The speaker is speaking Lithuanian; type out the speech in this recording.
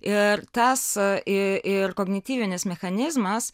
ir tas ir ir kognityvinis mechanizmas